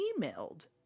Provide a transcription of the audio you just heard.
emailed